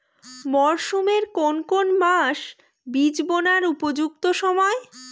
মরসুমের কোন কোন মাস বীজ বোনার উপযুক্ত সময়?